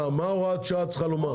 מה הוראת השעה צריכה לומר?